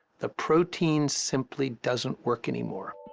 the protein simply doesn't work anymore.